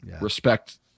respect